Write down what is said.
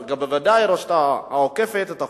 בוודאי הרשות האוכפת את החוקים,